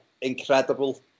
incredible